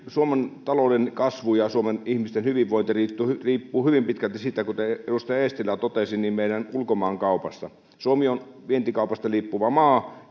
suomen talouden kasvu ja suomen ihmisten hyvinvointi riippuu hyvin pitkälti kuten edustaja eestilä totesi meidän ulkomaankaupasta suomi on vientikaupasta riippuvainen maa